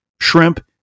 shrimp